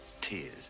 tears